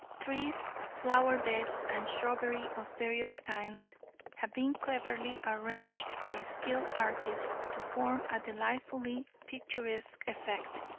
trees, flower-beds and shrubbery of various kinds have been cleverly arranged by skilled artists to form a delightfully picturesque effect.